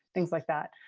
things like that.